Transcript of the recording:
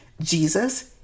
Jesus